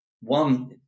one